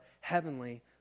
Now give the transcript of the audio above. heavenly